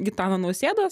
gitano nausėdos